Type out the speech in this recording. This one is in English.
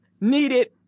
needed